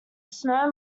snow